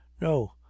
No